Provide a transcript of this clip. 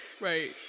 right